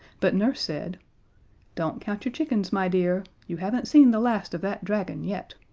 but nurse said don't count your chickens, my dear. you haven't seen the last of that dragon yet.